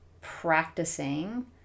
practicing